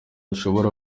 ushobora